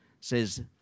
says